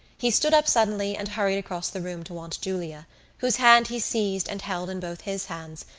he stood up suddenly and hurried across the room to aunt julia whose hand he seized and held in both his hands,